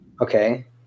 okay